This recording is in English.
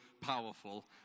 powerful